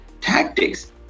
tactics